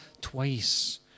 twice